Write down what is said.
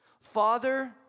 Father